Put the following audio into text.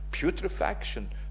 putrefaction